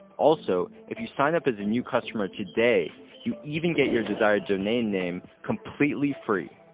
also, if you sign up as a new customer today, you even get your desired domain name completely free.